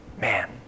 man